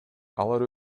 алар